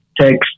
text